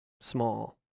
small